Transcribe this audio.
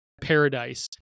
paradise